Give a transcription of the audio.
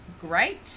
great